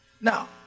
now